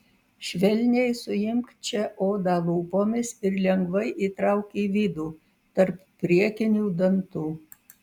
švelniai suimk čia odą lūpomis ir lengvai įtrauk į vidų tarp priekinių dantų